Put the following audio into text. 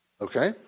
okay